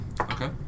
Okay